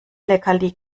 leckerli